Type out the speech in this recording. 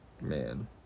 Man